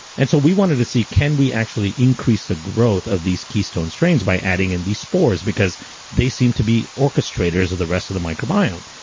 and so we wanted to see can we actually increase the growth of these keystone strains by adding in these spores because they seem to be orchestrators of the rest of the microbiome.